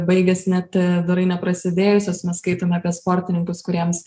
baigėsi net dorai neprasidėjusios mes skaitome apie sportininkus kuriems